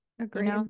Agree